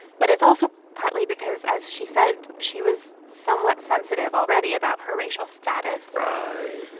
but it's also partly because, as she said, she was somewhat sensitive already about her racial status right